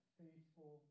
faithful